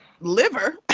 liver